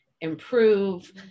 improve